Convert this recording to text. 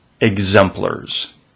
exemplars